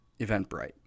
Eventbrite